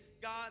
God